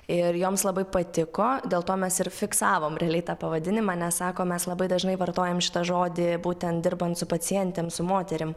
ir joms labai patiko dėl to mes ir fiksavom realiai tą pavadinimą nes sako mes labai dažnai vartojam šitą žodį būtent dirbant su pacientėm su moterim